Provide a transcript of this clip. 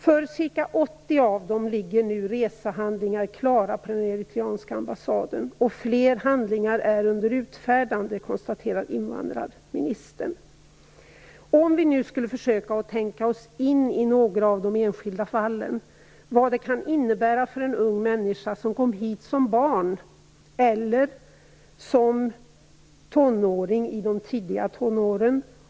För ca 80 av dessa ungdomar ligger nu resehandlingarna klara på den eritreanska ambassaden och fler handlingar är under utfärdande, konstaterar invandrarministern. Jag vill att vi skall försöka att tänka oss in i några av de enskilda fallen och vad detta kan innebära för en ung människa som kom hit som barn eller i de tidiga tonåren.